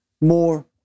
more